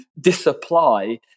disapply